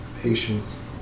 Patience